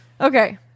Okay